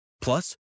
Plus